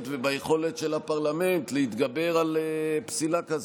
וביכולת של הפרלמנט להתגבר על פסילה כזאת.